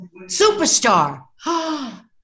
Superstar